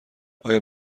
آیا